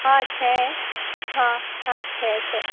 હા છે હા હા છે છે